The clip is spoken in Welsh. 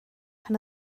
pan